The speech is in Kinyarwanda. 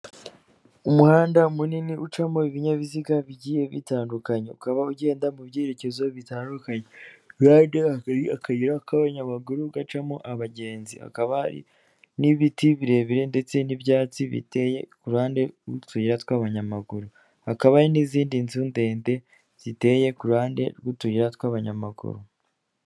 Umuhanda munini ucamo ibinyabiziga bigiye bitandukanye. Ukaba ugenda mu byerekezo bitandukanyera. Kuruhande hari akayira k'abanyamaguru gacamo abagenzi, hakaba n'ibiti birebire ndetse n'ibyatsi biteye kuruhande rw'utuyira tw'abanyamaguru. Hakaba n'izindi nzu ndende ziteye kuruhande rw'utuyira tw'abanyamaguru.